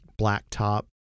blacktop